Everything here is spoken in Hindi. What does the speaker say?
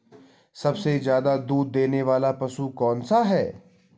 सबसे ज़्यादा दूध देने वाला पशु कौन सा है?